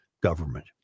government